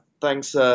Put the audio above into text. thanks